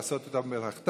לעשות את מלאכתה,